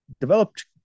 developed